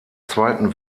zweiten